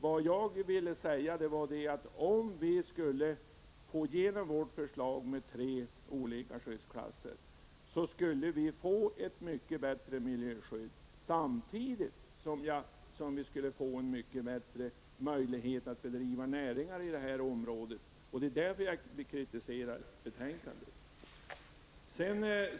Vad jag ville säga var att om vi fick igenom vårt förslag om tre skyddsklasser, skulle vi få ett mycket bättre miljöskydd, samtidigt som vi skulle få bättre möjligheter att bedriva näringar i sådana områden. Det var också därför som jag kritiserade utskottets förslag.